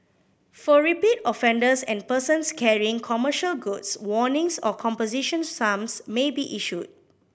for repeat offenders and persons carrying commercial goods warnings or composition sums may be issued